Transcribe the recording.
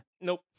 Nope